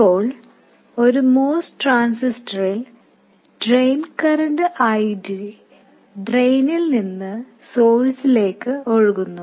ഇപ്പോൾ ഒരു MOS ട്രാൻസിസ്റ്ററിൽ ഡ്രെയിൻ കറന്റ് ID ഡ്രെയിനിൽ നിന്ന് സോഴ്സിലേക്ക് ഒഴുകുന്നു